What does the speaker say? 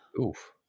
Oof